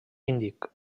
índic